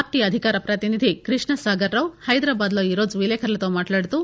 party అధికార ప్రతినిధి కృష్ణసాగర్ రావు హైదరాబాద్ లో ఈరోజు విలేకరులతో మట్లాడుతూ